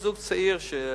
זוג צעיר,